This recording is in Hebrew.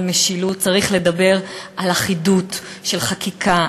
משילות צריך לדבר על אחידות של חקיקה,